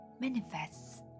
manifests